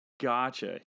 Gotcha